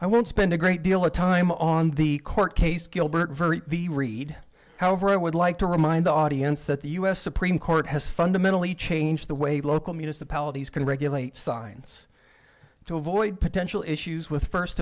i won't spend a great deal of time on the court case the read however i would like to remind the audience that the u s supreme court has fundamentally changed the way local municipalities can regulate signs to avoid potential issues with first